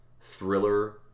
thriller